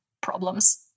problems